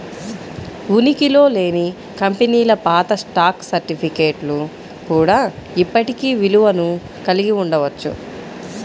ఉనికిలో లేని కంపెనీల పాత స్టాక్ సర్టిఫికేట్లు కూడా ఇప్పటికీ విలువను కలిగి ఉండవచ్చు